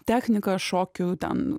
technika šokių ten